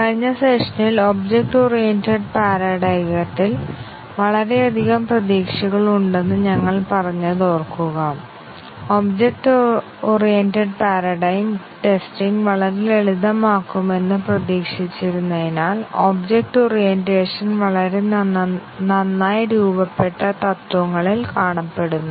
കഴിഞ്ഞ സെഷനിൽ object oriented പാരഡൈഗത്തിൽ വളരെയധികം പ്രതീക്ഷകളുണ്ടെന്ന് ഞങ്ങൾ പറഞ്ഞത് ഓർക്കുക ഒബ്ജക്റ്റ് ഓറിയന്റഡ് പാരഡൈം ടെസ്റ്റിങ് വളരെ ലളിതമാക്കുമെന്ന് പ്രതീക്ഷിച്ചിരുന്നതിനാൽ ഒബ്ജക്റ്റ് ഓറിയന്റേഷൻ വളരെ നന്നായി രൂപപ്പെട്ട തത്വങ്ങളിൽ കാണപ്പെടുന്നു